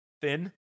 thin